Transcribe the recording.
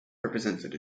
represented